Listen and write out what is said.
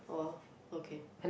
oh okay